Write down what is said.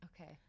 okay